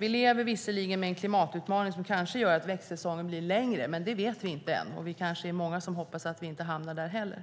Vi lever visserligen med en klimatutmaning som kanske gör att växtsäsongen blir längre, men det vet vi inte än. Vi kanske är många som hoppas att vi inte heller hamnar där.